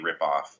ripoff